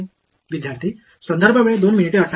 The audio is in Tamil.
மாணவர் அவற்றின் வெக்டர்கள் ஒன்றுக்கொன்று செங்குத்தாக உள்ளன